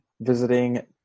visiting